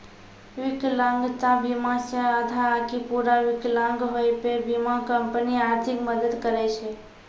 विकलांगता बीमा मे आधा आकि पूरा विकलांग होय पे बीमा कंपनी आर्थिक मदद करै छै